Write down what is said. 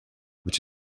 which